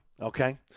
okay